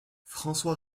françois